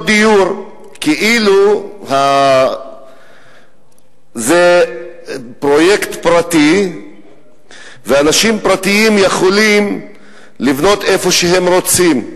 דיור כאילו זה פרויקט פרטי ואנשים פרטיים יכולים לבנות איפה שהם רוצים.